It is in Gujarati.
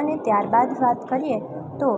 અને ત્યારબાદ વાત કરીએ તો